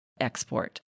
export